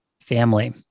family